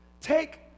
Take